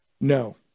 No